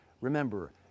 Remember